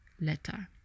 letter